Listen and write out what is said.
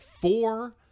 four